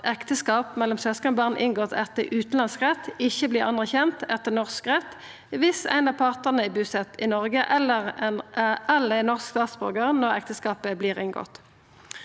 ekteskap mellom søskenbarn inngått etter utanlandsk rett ikkje vert anerkjende etter norsk rett viss ein av partane er busett i Noreg eller er norsk statsborgar når ekteskapet vert inngått.